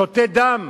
שותי דם.